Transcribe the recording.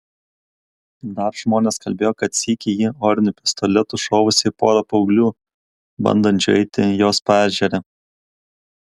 dar žmonės kalbėjo kad sykį ji oriniu pistoletu šovusi į porą paauglių bandančių eiti jos paežere